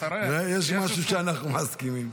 אתה רואה, יש משהו שאנחנו מסכימים.